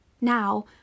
now